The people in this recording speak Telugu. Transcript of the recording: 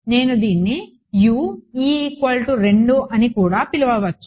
నేను దీన్ని Ue2 అని కూడా పిలవచ్చు